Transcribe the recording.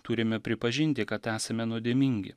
turime pripažinti kad esame nuodėmingi